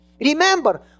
Remember